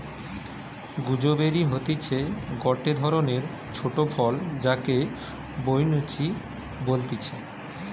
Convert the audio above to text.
gooseberry হতিছে গটে ধরণের ছোট ফল যাকে বৈনচি বলতিছে